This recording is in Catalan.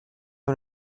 amb